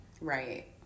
Right